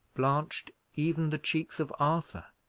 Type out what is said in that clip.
blanched even the cheeks of arthur.